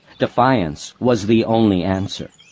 defiance was the only answer.